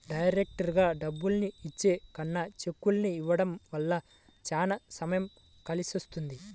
డైరెక్టుగా డబ్బుల్ని ఇచ్చే కన్నా చెక్కుల్ని ఇవ్వడం వల్ల చానా సమయం కలిసొస్తది